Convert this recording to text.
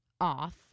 off